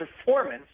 performance